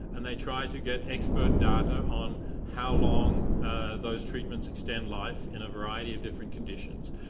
and they try to get expert data on how long ah those treatments extend life in a variety of different conditions,